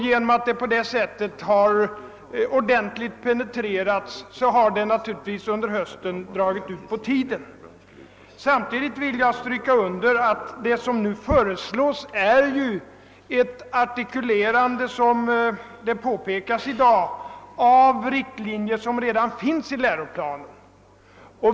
Genom att ärendet på detta sätt har penetrerats ordentligt under hösten har det naturligtvis dragit ut på tiden. Samtidigt vill jag stryka under att vad som nu föreslås är ett artikuleran de av riktlinjer som redan tillämpas i läroplanen.